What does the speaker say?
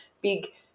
big